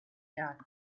cat